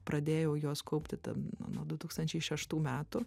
pradėjau juos kaupti ten nuo du tūkstančiai šeštų metų